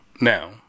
Now